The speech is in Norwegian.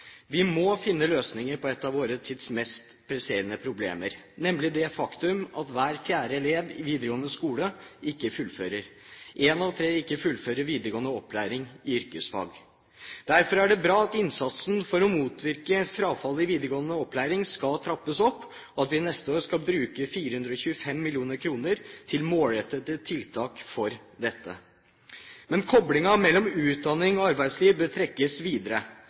Vi må finne løsninger på et av vår tids mest presserende problemer, nemlig det faktum at hver fjerde elev i videregående skole ikke fullfører, og at en av tre ikke fullfører videregående opplæring i yrkesfag. Derfor er det bra at innsatsen for å motvirke frafallet i videregående opplæring skal trappes opp, og at vi neste år skal bruke 425 mill. kr til målrettede tiltak for dette. Men koblingen mellom utdanning og arbeidsliv bør trekkes videre,